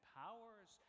powers